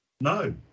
No